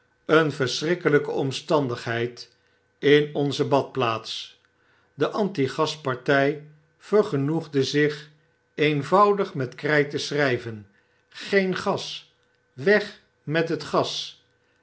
aangeplakteen verscnrikkelpe omstandigheid in onze badplaats de anti gaspartn vergenoegde zicb een voudig met krjjt te scnrjjven geen gas weg met het gas